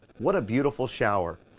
what a beautiful shower.